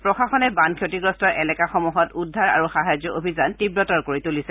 প্ৰশাসনে বান ক্ষতিগ্ৰস্ত এলেকাসমূহত উদ্ধাৰ আৰু সাহায্য অভিযান তীৱতৰ কৰি তুলিছে